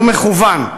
הוא מכוון.